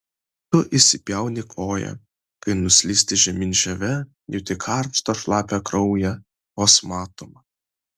tu įsipjauni koją kai nuslysti žemyn žieve jauti karštą šlapią kraują vos matomą